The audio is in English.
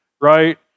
right